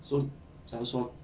so 假如说